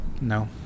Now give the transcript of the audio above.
No